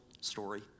story